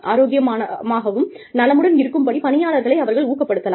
ஆரோக்கியமாகவும் நலமுடனும் இருக்கும் படி பணியாளர்களை அவர்கள் ஊக்கப்படுத்தலாம்